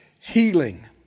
healing